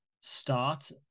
start